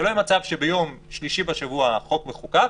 שלא ייווצר מצב שביום שלישי בשבוע החוק מחוקק,